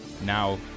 Now